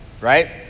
right